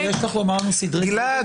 יש לך על סדרי גודל?